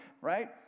right